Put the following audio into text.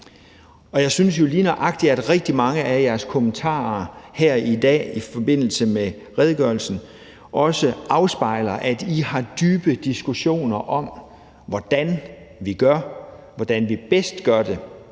og jeg synes jo lige nøjagtig, at rigtig mange af jeres kommentarer her i dag i forbindelse med redegørelsen også afspejler, at I har dybe diskussioner om, hvordan vi gør, hvordan vi bedst gør det.